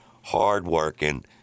hardworking